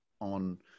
on